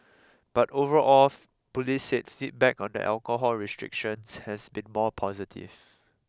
but overall of police said feedback on the alcohol restrictions has been more positive